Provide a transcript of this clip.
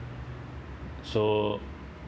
so